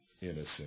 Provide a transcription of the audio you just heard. innocent